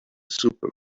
super